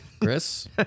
Chris